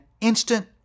instant